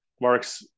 Mark's